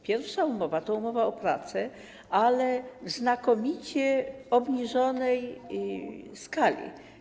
Pierwsza umowa to umowa o pracę, ale w znakomicie obniżonej skali.